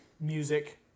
music